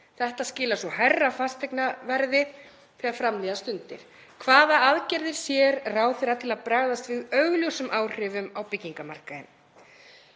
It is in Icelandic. Þetta skilar svo hærra fasteignaverði þegar fram líða stundir. Hvaða aðgerðir sér ráðherra til að bregðast við augljósum áhrifum á byggingamarkaðinn?